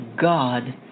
God